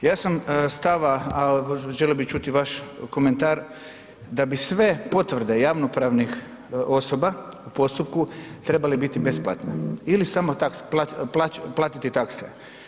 Ja sam stava ali želio bih čuti i vaš komentar da bi sve potvrde javnopravnih osoba u postupku trebale biti besplatne ili samo take, platiti takse.